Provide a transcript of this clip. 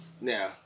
Now